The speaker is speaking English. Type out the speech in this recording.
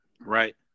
Right